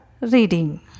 reading